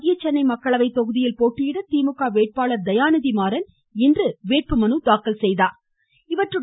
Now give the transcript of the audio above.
மத்திய சென்னை மக்களவை தொகுதியில் போட்டியிட திமுக வேட்பாளர் தயாநிதி மாறன் இன்று வேட்பு மனு தாக்கல் செய்தாா்